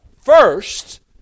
First